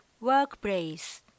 workplace